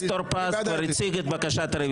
כבר הציג את בקשת הרוויזיה.